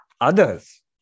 others